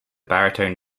baritone